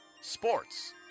sports